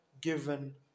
given